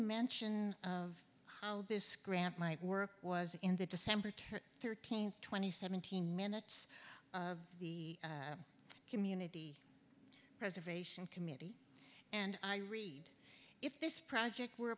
mention of how this grant might work was in the december thirteenth twenty seventeen minutes the community preservation committee and i read if this project were